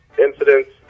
Incidents